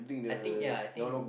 I think ya I think